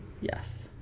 yes